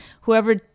whoever